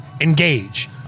engage